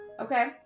Okay